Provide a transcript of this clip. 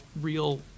real